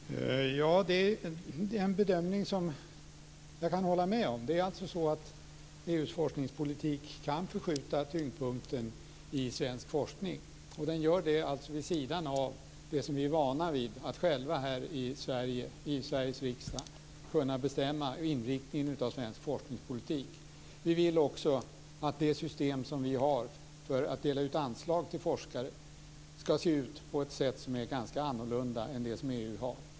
Herr talman! Det är en bedömning som jag kan hålla med om. Det är så att EU:s forskningspolitik kan förskjuta tyngdpunkten i svensk forskning. Den gör det vid sidan av det som vi är vana vid, att själva här i Sveriges riksdag kunna bestämma inriktningen av svensk forskningspolitik. Vi vill också att det system som vi har för att dela ut anslag till forskare ska se ut på ett sätt som är ganska annorlunda än det som EU har.